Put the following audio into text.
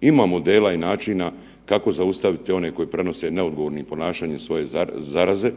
Ima modela i načina kako zaustaviti one koji prenose neodgovornim ponašanjem svoje zaraze,